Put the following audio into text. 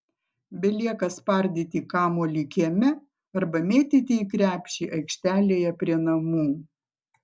belieka spardyti kamuolį kieme arba mėtyti į krepšį aikštelėje prie namų